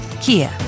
Kia